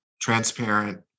transparent